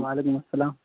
وعلیکم السلام